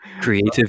Creative